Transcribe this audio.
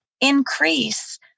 increase